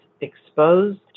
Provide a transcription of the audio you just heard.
exposed